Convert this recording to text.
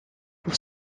pour